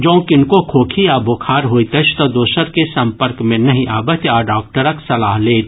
जाँ किनको खोखी वा बोखार होइत अछि तऽ दोसर के सम्पर्क मे नहि आबथि आ डॉक्टरक सलाह लेथि